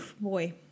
boy